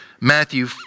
Matthew